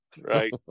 right